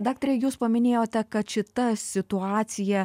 daktare jūs paminėjote kad šita situacija